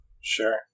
Sure